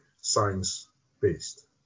science-based